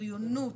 בריונות,